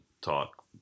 talk